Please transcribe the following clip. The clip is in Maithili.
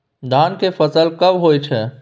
धान के फसल कब होय छै?